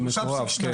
במקורב, כן.